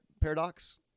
paradox